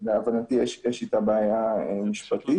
שלהבנתי יש איתה בעיה משפטית.